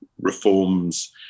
reforms